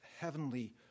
heavenly